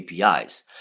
APIs